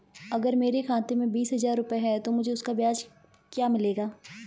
अगर मेरे खाते में बीस हज़ार रुपये हैं तो मुझे उसका ब्याज क्या मिलेगा?